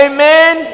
Amen